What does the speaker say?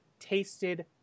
tasted